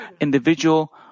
individual